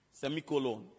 Semicolon